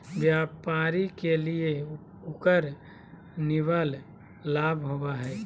व्यापारी के लिए उकर निवल लाभ होबा हइ